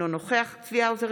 אינו נוכח צבי האוזר,